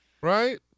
Right